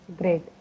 Great